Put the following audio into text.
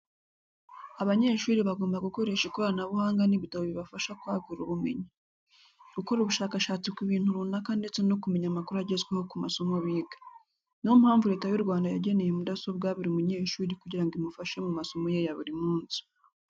Abanyeshuri bagomba gukoresha ikoranabuhanga n'ibitabo bibafasha kwagura ubumenyi. Gukora ubushakashatsi ku bintu runaka ndetse no kumenya amakuru agezweho ku masomo biga. Ni yo mpamvu Leta y'u Rwanda yageneye mudasobwa buri munyeshuri kugira ngo imufashe mu masomo ye ya buri munsi.